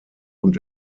und